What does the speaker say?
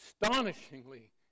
astonishingly